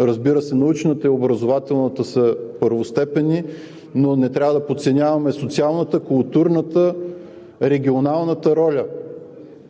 разбира се, научната и образователната са първостепенни, но не трябва да подценяваме социалната, културната, регионалната роля